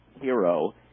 hero